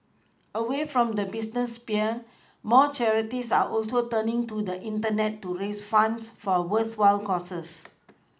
away from the business sphere more charities are also turning to the Internet to raise funds for worthwhile causes